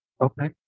Okay